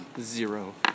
Zero